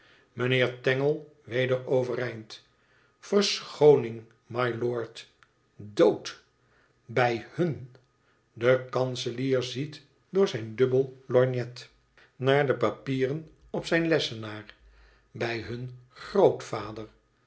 mijnheer tangle weder overeind verschooning m'lord dood bij hun de kanselier ziet door zijn dubbel lorgnet naar de papieren op zijn lessenaar bij hun grootvader